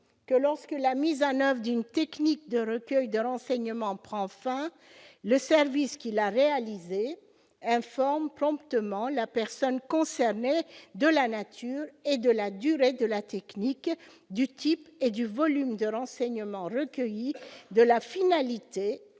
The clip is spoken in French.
que, lorsque la mise en oeuvre d'une technique de recueil de renseignement prend fin, le service qui l'a réalisée informe promptement la personne concernée de la nature et de la durée de la technique, du type et du volume de renseignements recueillis et de la finalité